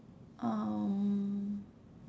um